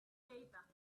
either